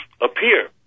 appear